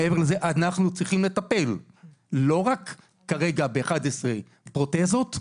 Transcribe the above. אנחנו צריכים לטפל לא רק כרגע ב-11 פרוטזות,